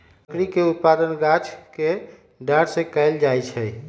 लकड़ी के उत्पादन गाछ के डार के कएल जाइ छइ